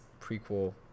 prequel